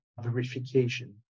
verification